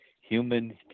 human